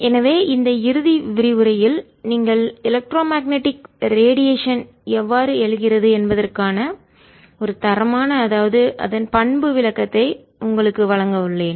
எனவே இந்த இறுதி விரிவுரையில் நீங்கள் எலக்ட்ரோ மேக்னடிக் ரேடியேஷன்மின்காந்த கதிர்வீச்சு எவ்வாறு எழுகிறது என்பதற்கான ஒரு தரமான அதாவது அதன் பண்பு விளக்கத்தை உங்களுக்கு வழங்க உள்ளேன்